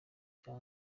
bya